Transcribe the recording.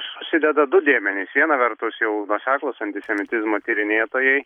susideda du dėmenys viena vertus jau nuoseklūs antisemitizmo tyrinėtojai